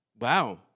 Wow